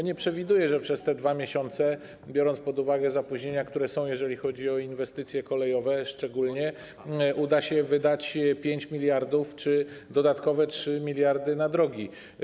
Nie przewiduję, że przez te 2 miesiące, biorąc pod uwagę zapóźnienia, które są, szczególnie jeżeli chodzi o inwestycje kolejowe, uda się wydać 5 mld czy dodatkowe 3 mld na drogi.